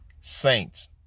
Saints